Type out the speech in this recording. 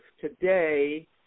today